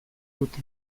dute